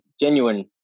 genuine